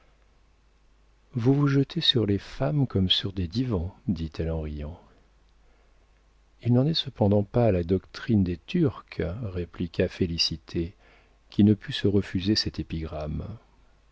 vous vous jetez sur les femmes comme sur des divans dit-elle en riant il n'en est cependant pas à la doctrine des turcs répliqua félicité qui ne put se refuser cette épigramme